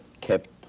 kept